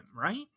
right